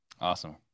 Awesome